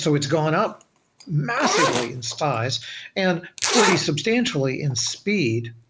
so it's gone up massively in size and pretty substantially in speed,